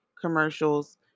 commercials